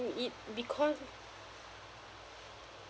it because